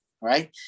Right